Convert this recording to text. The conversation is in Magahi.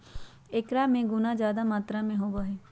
एकरा में गुना जादा मात्रा में होबा हई